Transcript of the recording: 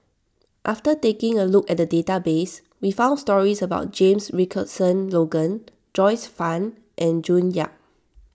after taking a look at the database we found stories about James Richardson Logan Joyce Fan and June Yap